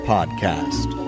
Podcast